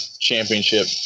championship